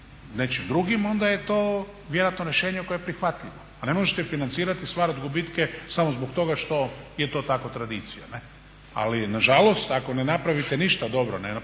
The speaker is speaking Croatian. nečim drugim onda je to vjerojatno rješenje koje je prihvatljivo. Pa ne možete financirati i stvarati gubitke samo zbog toga što je tako tradicija. Ali nažalost ako ne napravite ništa dobro ne napravite